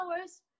hours